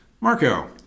Marco